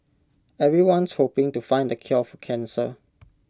everyone's hoping to find the cure for cancer